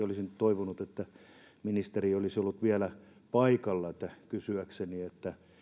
olisin toivonut että ministeri olisi ollut vielä paikalla kysyäkseni